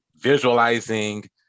visualizing